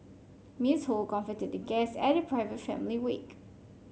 Miss Ho comforted the guest at the private family wake